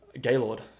Gaylord